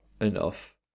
enough